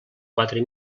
quatre